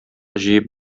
җыеп